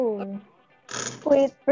Wait